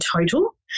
total